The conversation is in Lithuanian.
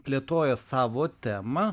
plėtoja savo temą